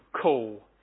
call